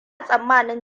tsammanin